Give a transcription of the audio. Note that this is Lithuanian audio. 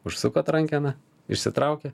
užsukot rankeną išsitraukė